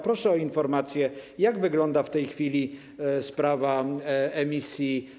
Proszę o informację, jak wygląda w tej chwili sprawa emisji